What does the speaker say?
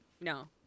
No